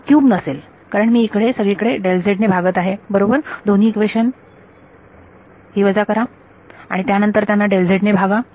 हा क्यूब नसेल कारण मी सगळीकडे ने भागत आहे बरोबर दोन्ही ईक्वेशन ही वजा करा आणि आणि त्यानंतर त्यांना ने भागा